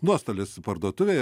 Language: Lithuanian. nuostolis parduotuvei